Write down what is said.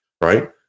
right